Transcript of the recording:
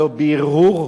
לא בהרהור,